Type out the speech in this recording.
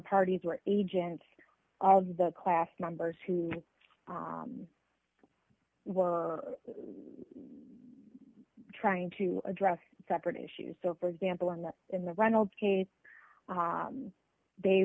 parties were agents of the class members who were trying to address separate issues so for example in the in the reynolds case they